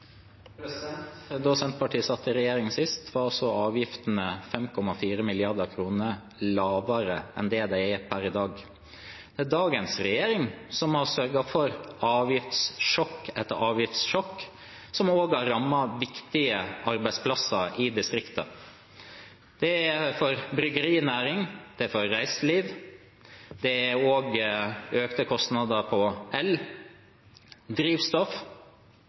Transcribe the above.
Senterpartiet satt i regjering sist, var avgiftene 5,4 mrd. kr lavere enn de er per i dag. Det er dagens regjering som har sørget for avgiftssjokk etter avgiftssjokk, som også har rammet viktige arbeidsplasser i distriktene. Det gjelder bryggerinæringen og reiselivet. Det er også økte kostnader på el og drivstoff,